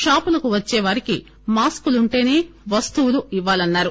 షాపులకు వచ్చే వారికి మాస్కులు ఉంటేనే వస్తువులు ఇవ్వాలన్నారు